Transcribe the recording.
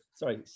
Sorry